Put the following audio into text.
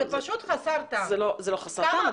זה פשוט חסר טעם.\ זה לא חסר טעם.